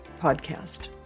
Podcast